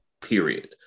period